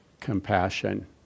compassion